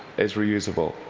is reusable,